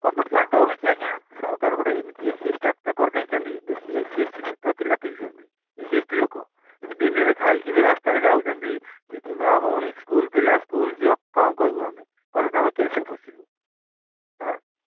ପ୍ରକୃତରେ ଡରୁଛି ଆଜ୍ଞା ସରକାର ଗୋଟେ ଏମିତି ଏସ୍ ସି ଏସ୍ ଟି କରିଦେଇଚନ୍ତି ବେଶୀ S C S T sector ପିଲା ପିଉଛନ୍ତି ଏସ୍ ସି ଏସ୍ ଟି ଲୋକ ଏବେ ଦିନରେ ଖାଇକରି ରାସ୍ତାରେ ଯାଉଛନ୍ତି ସେଠି ମା' ଭଉଣୀ ସ୍କୁଲ ପିଲା ସ୍କୁଲ ଝିଅ କ'ଣ କହିବୁ ଆମେ କହିଲେ ତାଙ୍କ କେସ୍ରେ ଫଶିବୁ